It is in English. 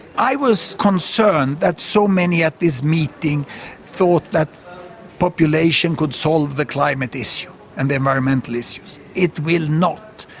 i was concerned that so many at this meeting thought that population could solve the climate issue and the environmental issues. it will not.